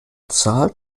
zahl